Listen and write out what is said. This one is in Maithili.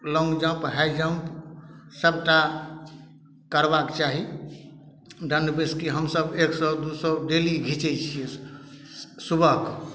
लौंग जम्प हाइ जम्प सबटा करबाक चाही दण्डबैसकी हमसब एक सए दू सए डेली घीचै छियै सुबह